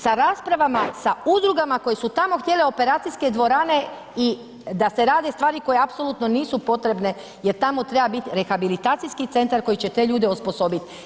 Sa raspravama, sa udrugama koje su tamo htjele operacijske dvorane i da se rade stvari koje apsolutno nisu potrebne jer tamo treba biti rehabilitacijski centar koji će te ljude osposobiti.